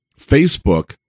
Facebook